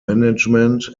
management